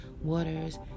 waters